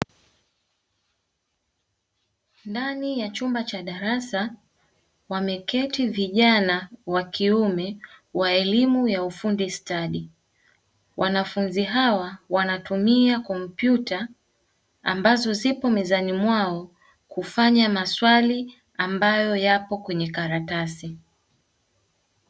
Ndani ya chumba cha darasa wameketi vijana wa kiume wa elimu ya ufundi stadi, wanafunzi hawa wanatumia kompyuta ambazo zipo mezani mwao kufanya maswali ambayo yapo kwenye karatasi,